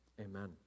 Amen